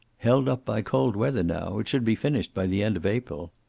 held up by cold weather now. it should be finished by the end of april.